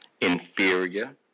inferior